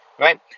right